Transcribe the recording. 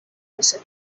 باشه